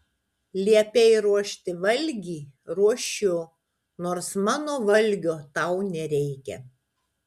liepei ruošti valgį ruošiu nors mano valgio tau nereikia